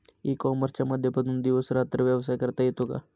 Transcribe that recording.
E कॉमर्सच्या माध्यमातून दिवस रात्र व्यवसाय करता येतो का?